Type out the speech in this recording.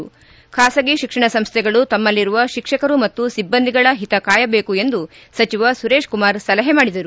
ಧ್ವನಿಸುರೇತ್ಕುಮಾರ್ ಖಾಸಗಿ ತಿಕ್ಷಣ ಸಂಸ್ಥೆಗಳು ತಮ್ಮಲಿರುವ ಶಿಕ್ಷಕರು ಮತ್ತು ಸಿಬ್ಲಂದಿಗಳ ಹಿತಕಾಯಬೇಕು ಎಂದು ಸಚಿವ ಸುರೇಶ್ಕುಮಾರ್ ಸಲಹೆ ಮಾಡಿದರು